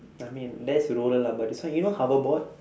I mean that's roller lah but this one you know hoverboard